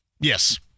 Yes